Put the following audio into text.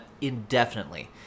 indefinitely